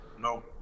No